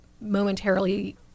momentarily